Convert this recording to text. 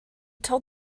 told